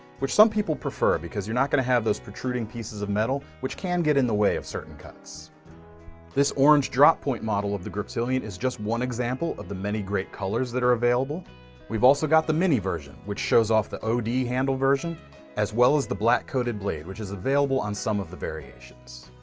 which some people prefer because you're not going to have those protruding pieces of metal which can get in the way of certain cuts this orange drop point model of the griptilian is just one example of the many great colors that are available we've also got the mini version which shows off the od handle version as well as the black coated blade which is available on some of the variations.